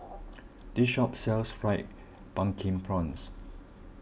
this shop sells Fried Pumpkin Prawns